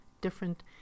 different